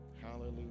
Hallelujah